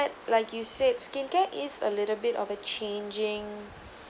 like you said skincare is a little bit of a changing